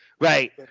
Right